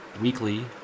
weekly